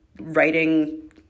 writing